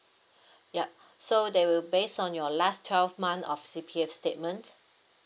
ya so they will based on your last twelve month of C_P_F statement